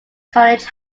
college